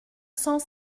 cent